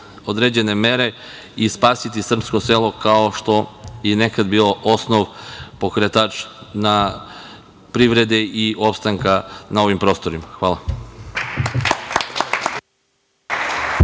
određene mere i spasiti srpsko selo, 2kao što je nekad bilo osnov, pokretač privrede i opstanka na ovim prostorima. Hvala.